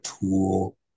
tool